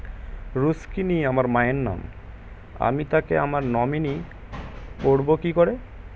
রুক্মিনী আমার মায়ের নাম আমি তাকে আমার নমিনি করবো কি করে?